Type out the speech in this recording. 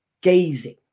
gazing